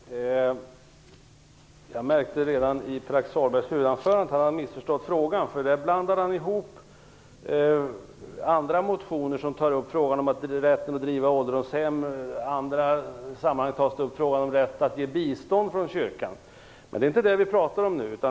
Fru talman! Jag märkte redan i Pär-Axel Sahlbergs huvudanförande att han har missförstått frågan. Han blandade nämligen då ihop detta med andra motioner i vilka talas om rätten att driva ålderdomshem, kyrkans rätt att ge bistånd och annat. Men det är inte det vi pratar om nu.